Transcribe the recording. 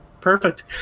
perfect